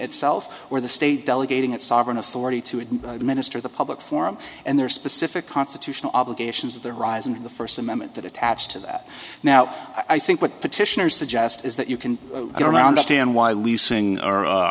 itself or the state delegating its sovereign authority to a minister the public forum and there are specific constitutional obligations of the horizon of the first amendment that attach to that now i think what petitioners suggest is that you can i don't understand why leasing or